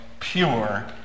Pure